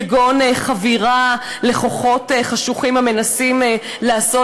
כגון: חבירה לכוחות חשוכים המנסים לעשות